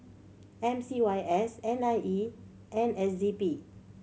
M C Y S N I E and S Z P